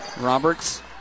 Roberts